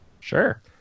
Sure